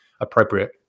appropriate